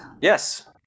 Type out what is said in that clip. Yes